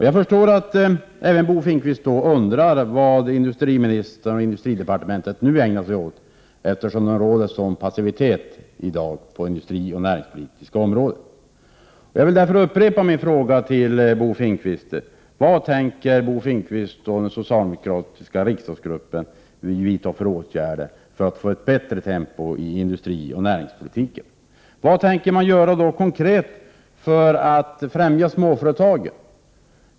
Jag förstår att även Bo Finnkvist undrar vad industriministern och industridepartementet nu ägnar sig åt, eftersom det råder sådan passivitet i dag på det industrioch näringspolitiska området. Jag vill därför upprepa min fråga till Bo Finnkvist: Vad tänker Bo Finnkvist och den socialdemokratiska riksdagsgruppen vidta för åtgärder för att få ett bättre tempo i industrioch näringspolitiken? Vad tänker man göra konkret för att främja småföretagen?